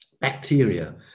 bacteria